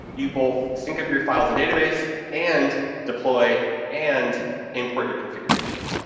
you both sync up your files in database and deploy and import your configuration.